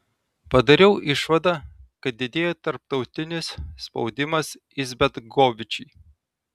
padariau išvadą kad didėjo tarptautinis spaudimas izetbegovičiui